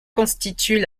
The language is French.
constituent